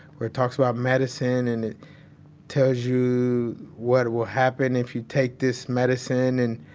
where it talks about medicine and tells you what will happen if you take this medicine and,